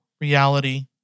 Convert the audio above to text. reality